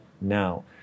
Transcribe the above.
now